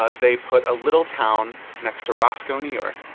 ah they put a little town next to roscoe, new york,